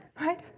Right